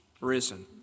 risen